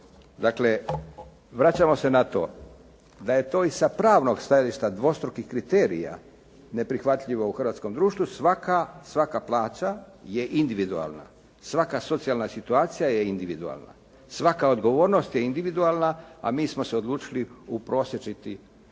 Dakle, vraćamo se na to, da je to i sa pravnog stajališta dvostrukih kriterija, neprihvatljivo u hrvatskom društvu, svaka plaća je individualna, svaka socijalna situacija je individualna, svaka odgovornost je individualna, a mi smo se odlučili uprosječiti,